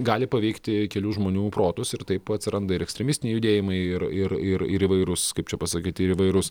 gali paveikti kelių žmonių protus ir taip atsiranda ir ekstremistiniai judėjimai ir ir ir ir įvairūs kaip čia pasakyti ir įvairūs